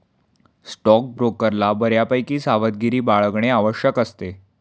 स्टॉकब्रोकरला बऱ्यापैकी सावधगिरी बाळगणे आवश्यक असते